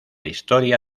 historia